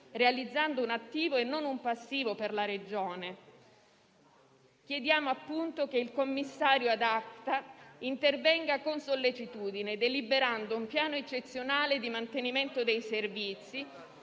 realizzando un attivo e non un passivo per la Regione, che il commissario *ad acta* intervenga con sollecitudine, deliberando un piano eccezionale di mantenimento dei servizi,